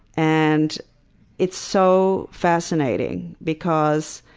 and it's so fascinating, because